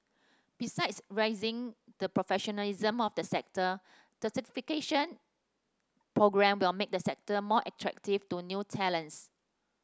besides raising the professionalism of the sector the certification programme will make the sector more attractive to new talents